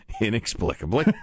inexplicably